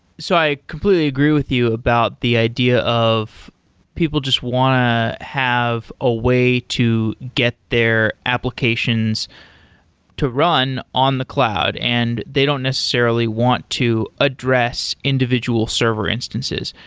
so i completely agree with you about the idea of people just want to have a way to get their applications to run on the cloud, and they don't necessarily want to address individual server instances.